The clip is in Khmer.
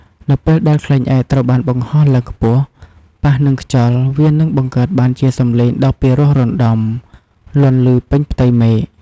នៅពេលដែលខ្លែងឯកត្រូវបានបង្ហោះឡើងខ្ពស់ ប៉ះនឹងខ្យល់ វានឹងបង្កើតបានជាសំឡេងដ៏ពីរោះរណ្តំលាន់ឮពេញផ្ទៃមេឃ។